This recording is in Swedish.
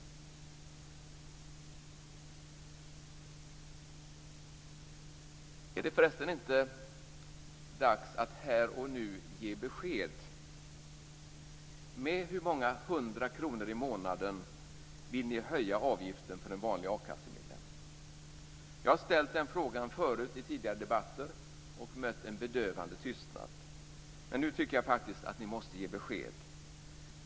Är det förresten inte dags att här och nu ge besked? Med hur många hundra kronor i månaden vill ni höja avgiften för en vanlig a-kassemedlem? Jag har ställt den frågan förut i tidigare debatter och mött en bedövande tystnad. Nu tycker jag faktiskt att ni måste ge besked.